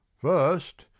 first